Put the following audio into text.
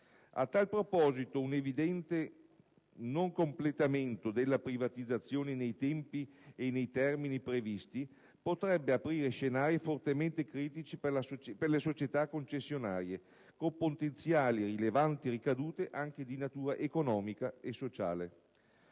A tale proposito, un eventuale non completamento della privatizzazione nei tempi e nei termini previsti potrebbe aprire scenari fortemente critici per le società concessionarie, con potenziali rilevanti ricadute anche di natura economica e sociale.